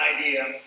idea